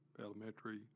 elementary